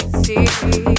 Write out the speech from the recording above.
see